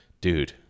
dude